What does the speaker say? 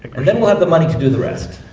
and then we'll have the money to do the rest.